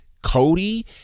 Cody